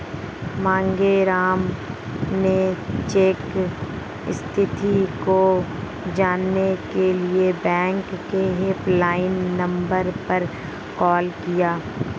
मांगेराम ने चेक स्थिति को जानने के लिए बैंक के हेल्पलाइन नंबर पर कॉल किया